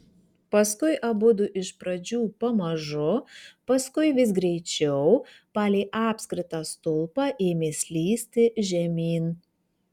paskui abudu iš pradžių pamažu paskui vis greičiau palei apskritą stulpą ėmė slysti žemyn